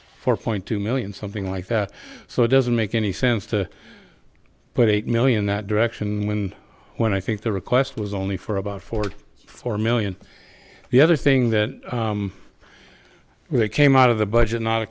four point two million something like that so it doesn't make any sense to put eight million that direction when when i think the request was only for about forty four million the other thing that they came out of the budget not a